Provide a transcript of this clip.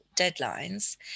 deadlines